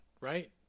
right